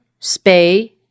spay